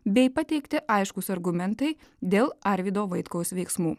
bei pateikti aiškūs argumentai dėl arvydo vaitkaus veiksmų